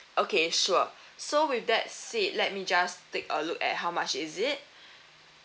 okay sure so with that said let me just take a look at how much is it